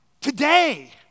today